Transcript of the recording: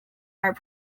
are